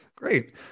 Great